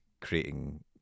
creating